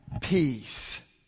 peace